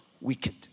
Wicked